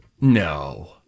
No